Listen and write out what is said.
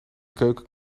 keuken